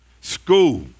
School